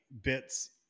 bits